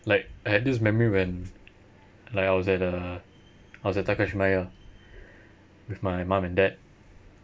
like I had this memory when like I was at the I was at takashimaya with my mum and dad